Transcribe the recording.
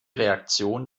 reaktion